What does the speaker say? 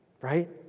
right